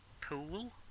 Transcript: pool